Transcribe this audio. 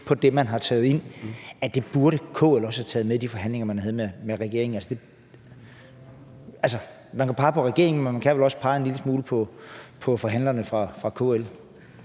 på det, man har taget ind, og burde KL ikke have taget det med i de forhandlinger, man havde med regeringen? Altså, man kan pege på regeringen, men man kan vel også pege en lille smule på forhandlerne fra KL.